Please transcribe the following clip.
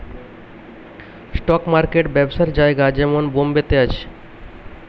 stock market ব্যবসার জায়গা যেমন বোম্বে তে আছে